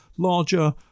Larger